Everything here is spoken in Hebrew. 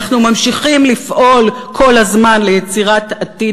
אנחנו ממשיכים לפעול כל הזמן ליצירת עתיד